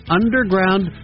underground